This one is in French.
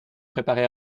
préparer